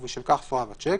ובשל כך סורב השיק,